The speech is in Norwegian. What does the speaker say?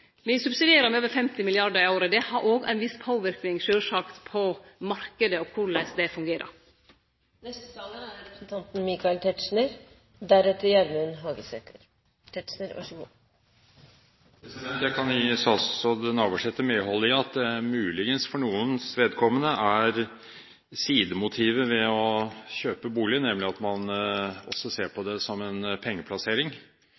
subsidierer med over 50 mrd. kr i året. Det har sjølvsagt òg ein viss påverknad på marknaden og korleis han fungerer. Jeg kan gi statsråd Navarsete medhold i at det muligens for noens vedkommende er sidemotiver ved å kjøpe bolig, nemlig at man også ser på